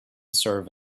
serve